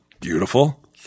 Beautiful